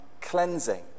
cleansing